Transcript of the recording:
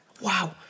Wow